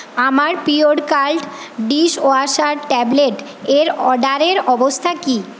আমার pure cult dishwasher tablet এর অর্ডারের অবস্থা কী